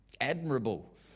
admirable